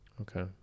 Okay